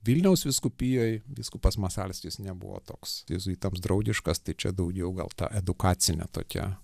vilniaus vyskupijoj vyskupas masalskis nebuvo toks jėzuitams draugiškas tai čia daugiau gal ta edukacinė tokia